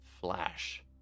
flash